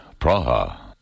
Praha